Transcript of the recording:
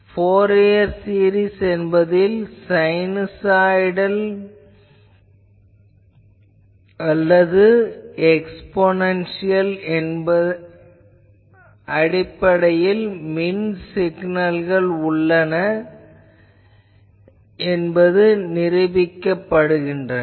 Fourier series என்பதில் sinusoidal அல்லது exponential அடிப்படையில் மின் சிக்னல்கள் நிருபிக்கப்படுகின்றன